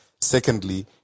secondly